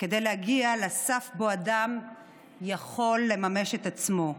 כדי להגיע לסף שבו אדם יכול לממש את עצמו,